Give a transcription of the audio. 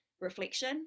reflection